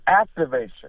Activation